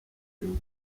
azwiho